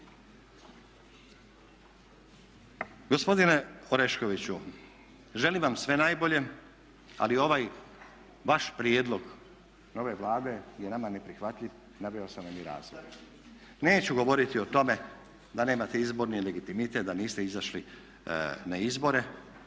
Gospodine Oreškoviću, želim vam sve najbolje, ali ovaj vaš prijedlog nove Vlade je nama neprihvatljiv. Naveo sam vam i razloge. Neću govoriti o tome da nemate izborni legitimitet, da niste izašli na izbore.